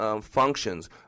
Functions